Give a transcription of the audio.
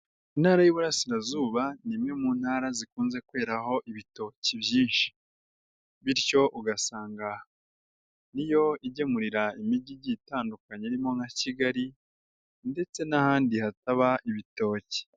Intara y'iburarasirazuba ni imwe mu ntara zikunze kweraho ibitoki byinshi, bityo ugasanga niyo igemurira imijyi igiye itandukanye irimo nka Kigali ndetse n'ahandi hataba ibitoki.